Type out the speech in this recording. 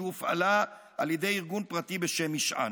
שהופעלה על ידי ארגון פרטי בשם "משען".